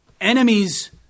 Enemies